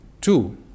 two